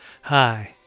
Hi